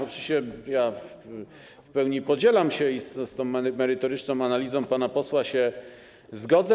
Oczywiście w pełni to podzielam i z tą merytoryczną analizą pana posła się zgodzę.